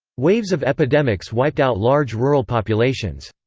waves of epidemics wiped out large rural populations.